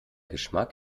geschmack